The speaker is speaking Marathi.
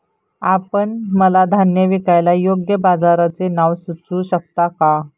आपण मला धान्य विकायला योग्य बाजाराचे नाव सुचवू शकता का?